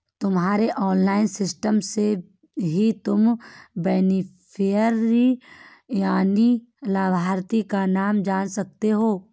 तुम्हारे online system से ही तुम बेनिफिशियरी यानि लाभार्थी का नाम जान सकते हो